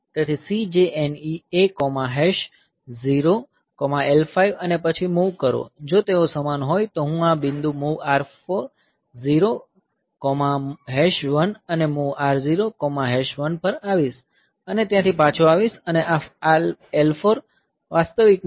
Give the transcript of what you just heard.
તેથી CJNE A0L 5 અને પછી મૂવ કરો જો તેઓ સમાન હોય તો હું આ બિંદુ MOV R01 અને MOV R01 પર આવીશ અને ત્યાંથી પાછો આવીશ અને આ L4 વાસ્તવ માં MOV R00 છે